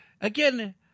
again